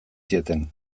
zieten